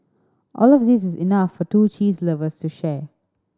all of these is enough for two cheese lovers to share